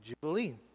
jubilee